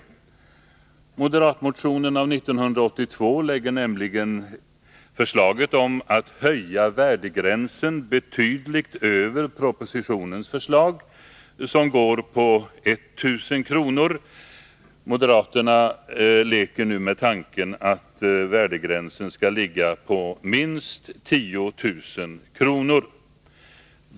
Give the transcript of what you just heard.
Moderatmotionen av 1982 lägger nämligen fram förslag om att höja värdegränsen betydligt över propositionens förslag, som är på 1000 kr. Moderaterna leker nu med tanken att värdegränsen skall ligga på minst 10 000 kr.